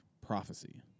Prophecy